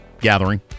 gathering